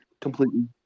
completely